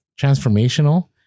transformational